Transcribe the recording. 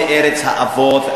זה ארץ האבות,